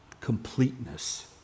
completeness